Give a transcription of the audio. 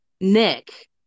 Nick